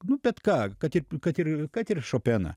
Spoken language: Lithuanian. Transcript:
nu bet ką kad ir kad ir kad ir šopeną